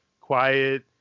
quiet